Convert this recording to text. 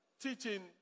teaching